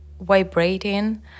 vibrating